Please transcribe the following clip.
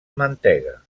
mantega